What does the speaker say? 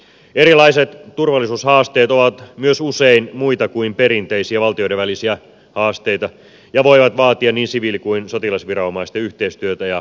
erilaiset turvallisuushaasteet ovat myös usein muita kuin perinteisiä valtioiden välisiä haasteita ja voivat vaatia niin siviili kuin sotilasviranomaisten yhteistyötä ja varautumista